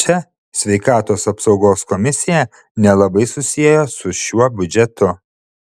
čia sveikatos apsaugos komisija nelabai susiejo su šiuo biudžetu